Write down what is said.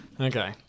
Okay